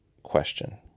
question